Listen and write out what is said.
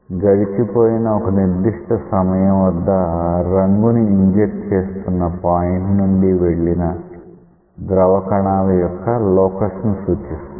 గడిచిపోయిన ఒక నిర్దిష్ట సమయం వద్ద రంగు ని ఇంజెక్ట్ చేస్తున్న పాయింట్ నుండి వెళ్లిన ద్రవ కణాల యొక్క లోకస్ ని సూచిస్తుంది